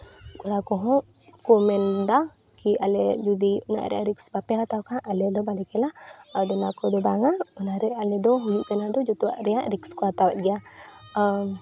ᱠᱚᱲᱟ ᱠᱚᱦᱚᱸ ᱠᱚ ᱢᱮᱱᱫᱟ ᱠᱤ ᱟᱞᱮ ᱡᱩᱫᱤ ᱚᱱᱟ ᱨᱮᱭᱟᱜ ᱨᱤᱠᱥ ᱵᱟᱯᱮ ᱦᱟᱛᱟᱣ ᱠᱷᱟᱱ ᱟᱞᱮ ᱫᱚ ᱵᱟᱞᱮ ᱠᱷᱮᱞᱟ ᱟᱨ ᱚᱱᱟ ᱠᱚᱫᱚ ᱵᱟᱝ ᱢᱟ ᱚᱱᱟᱨᱮ ᱟᱞᱮᱫᱚ ᱦᱩᱭᱩᱜ ᱠᱟᱱᱟ ᱫᱚ ᱡᱚᱛᱚᱣᱟᱜ ᱨᱮᱭᱟᱜ ᱨᱤᱠᱥ ᱠᱚ ᱦᱟᱛᱟᱣ ᱮᱜ ᱜᱮᱭᱟ ᱟᱨ